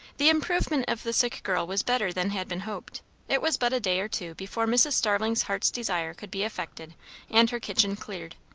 the improvement of the sick girl was better than had been hoped it was but a day or two before mrs. starling's heart's desire could be effected and her kitchen cleared.